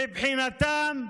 מבחינתם,